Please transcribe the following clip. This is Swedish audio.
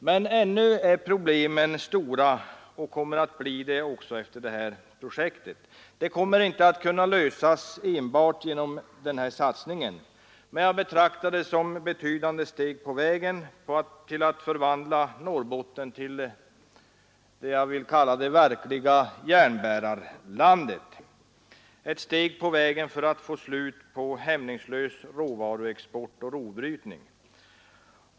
Men ännu är problemen stora, och det kommer de att förbli också efter det här projektets igångsättning. De kommer inte att kunna lösas enbart genom denna satsning, men jag betraktar den som ett betydande steg på vägen till att förvandla Norrbotten till vad jag vill kalla det verkliga Järnbäraland, ett steg på vägen för att få slut på hämningslös råvaruexport och rovbrytning.